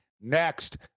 Next